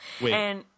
Wait